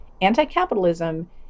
anti-capitalism